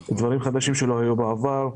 אלה דברים חדשים שלא היו בעבר.